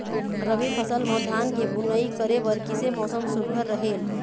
रबी फसल म धान के बुनई करे बर किसे मौसम सुघ्घर रहेल?